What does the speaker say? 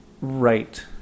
Right